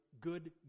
good